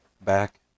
back